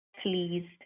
pleased